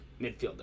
midfielder